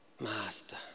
Master